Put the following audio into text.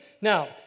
Now